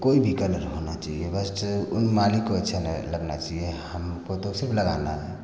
कोई भी कलर होना चाहिए बस उन मालिक को अच्छा लग लगना चाहिए हमको तो सिर्फ लगाना है